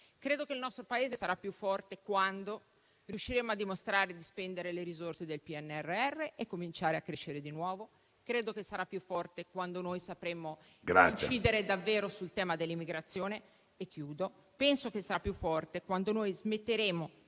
Credo che il nostro Paese sarà più forte quando riusciremo a dimostrare di spendere le risorse del PNRR e cominciano a crescere di nuovo. Credo che sarà più forte quando sapremo incidere davvero sul tema dell'immigrazione. Penso che sarà più forte quando smetteremo